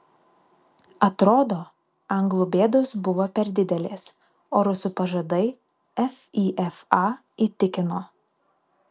atrodo anglų bėdos buvo per didelės o rusų pažadai fifa įtikino